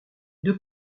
deux